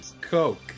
coke